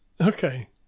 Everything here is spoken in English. Okay